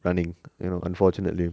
running you know unfortunately